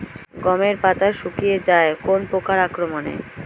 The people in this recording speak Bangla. গমের পাতা শুকিয়ে যায় কোন পোকার আক্রমনে?